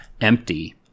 empty